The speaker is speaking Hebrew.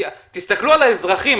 תסתכלו על האזרחים,